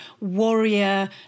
warrior